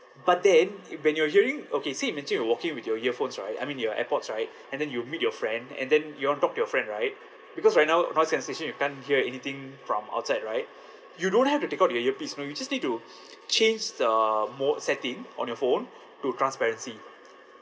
but then when you're hearing okay say imagine you're walking with your earphones right I mean your airpods right and then you meet your friend and then you want to talk to your friend right because right now noise cancellation you can't hear anything from outside right you don't have to take out your earpiece you know you just need to change the mode setting on your phone to transparency